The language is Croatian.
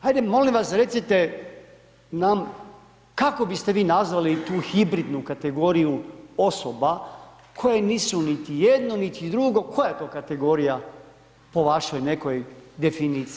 Hajde molim vas recite nam kako biste vi nazvali tu hibridnu kategoriju osoba koje nisu niti jedno, niti drugo, koja je to kategorija po vašoj nekoj definiciji?